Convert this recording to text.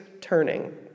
Turning